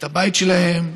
את הבית שלהם,